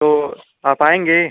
तो आप आएँगे